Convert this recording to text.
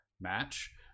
match